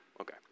Okay